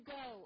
go